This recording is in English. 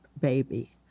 baby